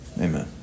Amen